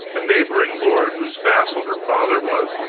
a neighboring lord whose vassal her father was,